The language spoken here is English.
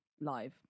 live